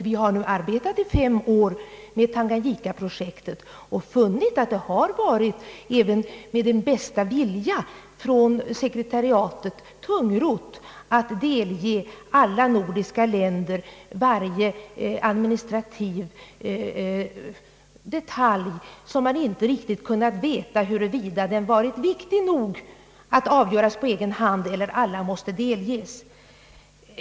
Vi har nu arbetat i fem år med Tanganyika-projektet och funnit att det — även med den bästa vilja hos sekretariatet — har varit tungrott att delge alla nordiska länder varje administrativ detalj, om vilken man inte riktigt kunnat veta huruvida den borde avgöras på egen hand eller först sedan alla delgivits.